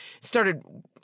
started